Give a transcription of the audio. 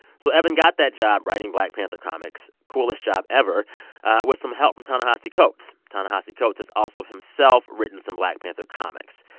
so evan got that job writing black panther comics coolest job ever with some help from ta-nehisi coates. ta-nehisi coates has also, himself, written some black panther comics.